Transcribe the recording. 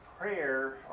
prayer